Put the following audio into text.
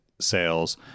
sales